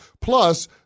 Plus